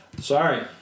Sorry